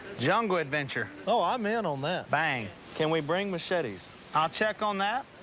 jungle adventure. oh, ah i'm in on that. bang. can we bring machetes? i'll check on that.